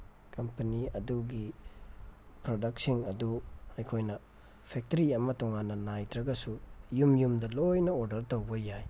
company ꯑꯗꯨꯒꯤ ꯄ꯭ꯔꯗꯛꯁꯤꯡ ꯑꯗꯨ ꯑꯩꯈꯣꯏꯅ ꯐꯦꯛꯇꯔꯤ ꯑꯃ ꯇꯣꯡꯉꯥꯟꯅ ꯅꯥꯏꯗ꯭ꯔꯒꯁꯨ ꯌꯨꯝ ꯌꯨꯝꯗ ꯂꯣꯏꯅ ꯑꯣꯗꯔ ꯇꯧꯕ ꯌꯥꯏ